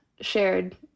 shared